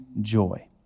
joy